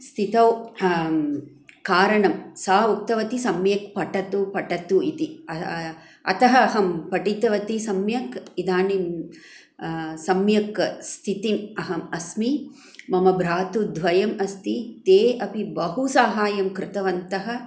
स्थितौ कारणं सा उक्तवती सम्यक् पठतु पठतु इति अतः अहं पठतवती सम्यक् इदानीं सम्यक् स्थितिम् अहम् अस्मि मम भ्रातु द्वयम् अस्ति ते अपि बहुसहाय्यं कृतवन्तः